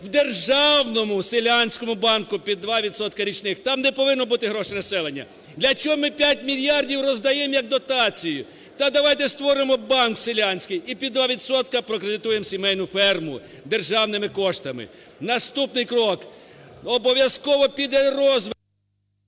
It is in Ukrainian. в державному селянському банку під 2 відсотки річних, там не повинно бути грошей населення. Для чого ми 5 мільярдів роздаємо як дотації? Та давайте створимо банк селянський і під 2 відсотки прокредитуємо сімейну ферму державними коштами. Наступний крок, обов'язково піде розвиток...